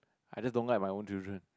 I just don't like my own children